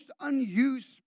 unused